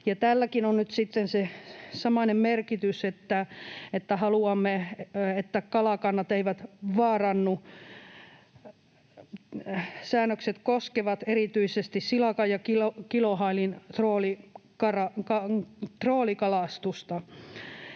Tälläkin on nyt sitten se samainen merkitys, että haluamme, että kalakannat eivät vaarannu. Säännökset koskevat erityisesti silakan ja kilohailin troolikalastusta,